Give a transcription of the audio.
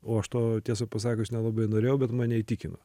o aš to tiesą pasakius nelabai norėjau bet mane įtikino